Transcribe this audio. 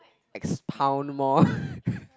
expound more